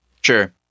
Sure